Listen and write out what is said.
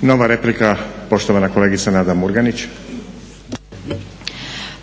Nova replika, poštovana kolegica Nada Murganić. **Murganić, Nada (HDZ)**